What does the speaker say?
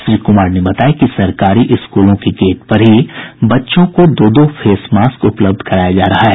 श्री कुमार ने बताया कि सरकारी स्कूलों के गेट पर ही बच्चों को दो दो फेस मास्क उपलब्ध कराया जा रहा है